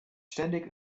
ständig